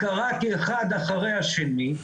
קראתי אחד אחרי השני,